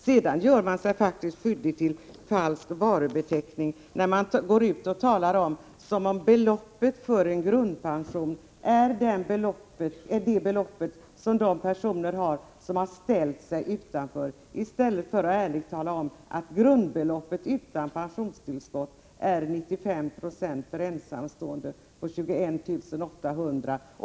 Sedan vill jag säga att man faktiskt gör sig skyldig till att använda falsk varubeteckning när man påstår att grundpensionsbeloppet är detsamma som det belopp de får som har ställt sig utanför ATP. I stället bör man ärligt tala om att grundbeloppet utan pensionstillskott är 95 96 på 21 800 kr.